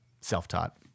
self-taught